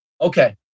Okay